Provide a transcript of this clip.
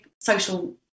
social